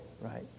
right